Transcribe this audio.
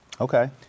Okay